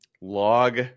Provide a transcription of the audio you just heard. Log